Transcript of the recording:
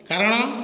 କାରଣ